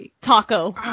taco